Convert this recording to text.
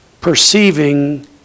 perceiving